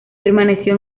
permaneció